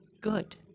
Good